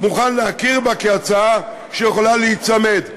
מוכנים להכיר בה כהצעה שיכולה להיצמד?